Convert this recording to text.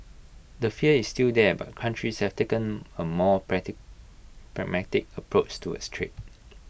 the fear is still there but countries have taken A more pragmatic approach towards trade